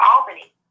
Albany